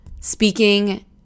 speaking